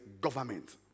government